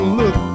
look